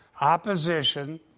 opposition